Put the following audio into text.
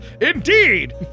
Indeed